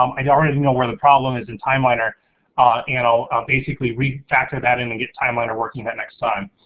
um i already know where the problem is in timeliner and i'll basically refactor that in and get timeliner working that next time.